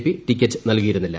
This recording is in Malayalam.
പി ടിക്കറ്റ് നൽകിയിരുന്നില്ല